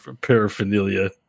paraphernalia